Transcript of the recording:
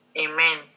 Amen